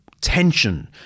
tension